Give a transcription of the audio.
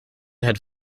had